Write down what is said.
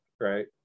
right